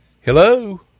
Hello